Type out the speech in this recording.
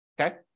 Okay